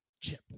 Chip